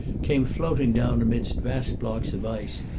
came floating down amidst vast blocks of ice,